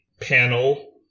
panel